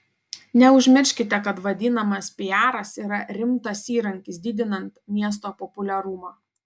neužmirškite kad vadinamas piaras yra rimtas įrankis didinant miesto populiarumą